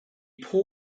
port